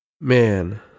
Man